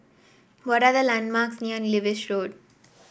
what are the landmarks near Lewis Road